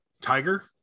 Tiger